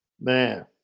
man